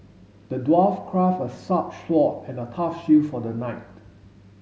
the dwarf craft a sharp sword and a tough shield for the knight